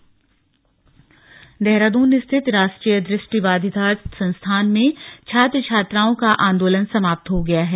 NIVH Dehradun स्थित राष्ट्रीय दृष्टिबाधितार्थ संस्थान में छात्र छात्राओं का आंदोलन समाप्त हो गया है